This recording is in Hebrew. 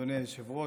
אדוני היושב-ראש,